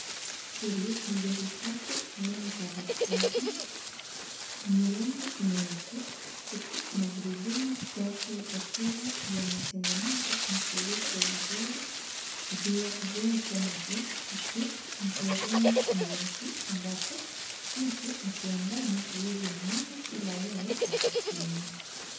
Hili ni gari safi aina ya Volks Wagen lenye rangi nyeupe huku magurudumu yake yakiwa yametengenezwa na kuoshwa vizuri. Vioo vyake navyo huku ni vya rangi nyeusi ambapo mtu akiwa ndani huezi mwona ila yye atakuona.